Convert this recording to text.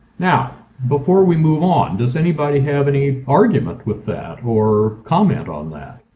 now, before we move on, does anybody have any argument with that or comment on that?